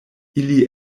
ili